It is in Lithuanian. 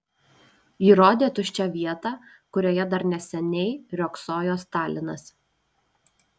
ji rodė tuščią vietą kurioje dar neseniai riogsojo stalinas